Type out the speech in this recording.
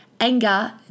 anger